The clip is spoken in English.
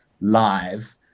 live